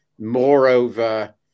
Moreover